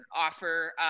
offer